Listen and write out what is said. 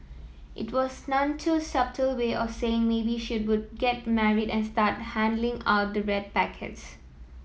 it was none too subtle way of saying maybe she would get marry and start handing out the red packets